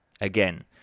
Again